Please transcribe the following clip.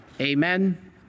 Amen